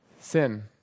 sin